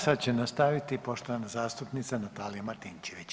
Sada će nastaviti poštovana zastupnica Natalija Martinčević.